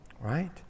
right